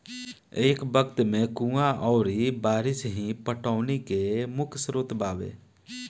ए वक्त में कुंवा अउरी बारिस ही पटौनी के मुख्य स्रोत बावे